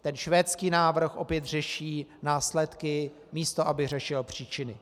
Ten švédský návrh opět řeší následky, místo aby řešil příčiny.